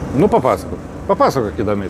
nu papasakok papasakok įdomią